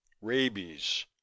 Rabies